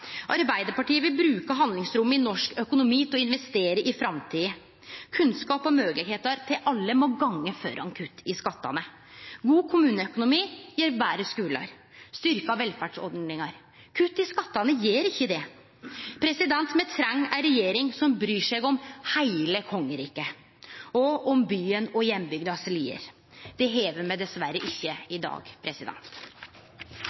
Arbeidarpartiet vil bruke handlingsrommet i norsk økonomi til å investere i framtida. Kunnskap og moglegheiter til alle må gå framfor kutt i skattane. God kommuneøkonomi gjev betre skular og styrkte velferdsordningar. Kutt i skattane gjer ikkje det. Me treng ei regjering som bryr seg om heile kongeriket og om «byen og hjembygdas lier». Det har me dessverre ikkje